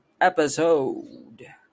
episode